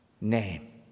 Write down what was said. name